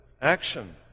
action